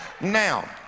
Now